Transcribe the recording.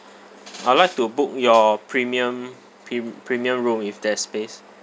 I would like to book your premium prem~ premium room if there's space